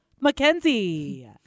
Mackenzie